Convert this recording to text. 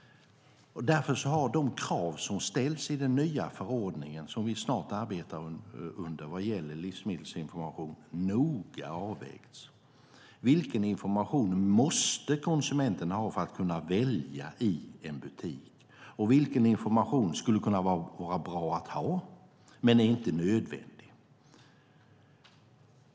Därför har de krav som ställs i den nya förordningen, som vi snart arbetar under vad gäller livsmedelsinformation, avvägts noga. Vilken information måste konsumenterna ha för att kunna välja i en butik? Vilken information skulle kunna vara bra att ha men är inte nödvändig?